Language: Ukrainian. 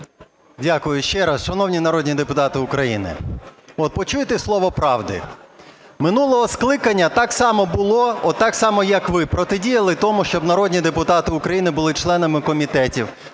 Дякую ще раз. Шановні народні депутати України, от почуйте слово правди. Минулого скликання так само було, отак само, як ви, протидіяли тому, щоб народні депутати України були членами комітетів,